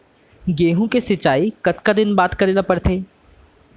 गेहूँ के सिंचाई कतका दिन बाद करे ला पड़थे?